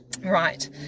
Right